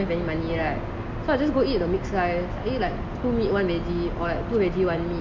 don't have any money right so I just go eat the mixed rice I eat like two meat one vege or like two vege one meat